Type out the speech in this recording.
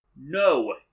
No